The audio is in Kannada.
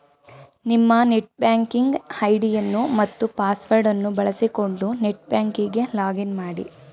ನಿಮ್ಮ ನೆಟ್ ಬ್ಯಾಂಕಿಂಗ್ ಐಡಿಯನ್ನು ಮತ್ತು ಪಾಸ್ವರ್ಡ್ ಅನ್ನು ಬಳಸಿಕೊಂಡು ನೆಟ್ ಬ್ಯಾಂಕಿಂಗ್ ಗೆ ಲಾಗ್ ಇನ್ ಮಾಡಿ